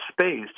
space